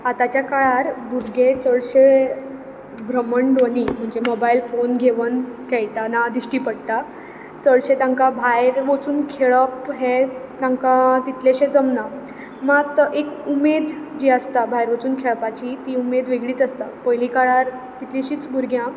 आतांच्या काळार भुरगे चडशे ब्रह्मणध्वनी म्हणचे मोबायल फोन घेवन खेळटाना दिश्टी पडटा चडशें तांकां भायर वचून खेळप हें तांकां तितलेशें जमना मात एक उमेद जी आसता भायर वचून खेळपाची ती उमेद वेगळीच आसता पयलीं काळार कितलींशींच भुरग्यां